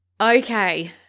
Okay